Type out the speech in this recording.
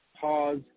pause